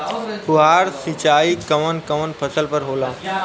फुहार सिंचाई कवन कवन फ़सल पर होला?